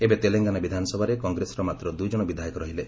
ଏବେ ତେଲଙ୍ଗାନା ବିଧାନସଭାରେ କଂଗ୍ରେସର ମାତ୍ର ଦୁଇଜଣ ବିଧାୟକ ରହିଲେ